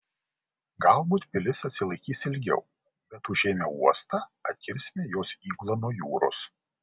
galbūt pilis atsilaikys ilgiau bet užėmę uostą atkirsime jos įgulą nuo jūros